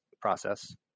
process